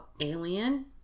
Alien